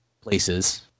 places